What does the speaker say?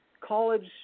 college